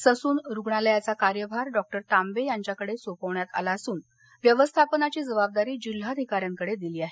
Sassoon रुग्णालयाचा कार्यभार doctor Tambe यांच्याकडे सोपवण्यात आला असून व्यवस्थापनाची जबाबदारी जिल्हाधिकाऱ्यांकडे दिली आहे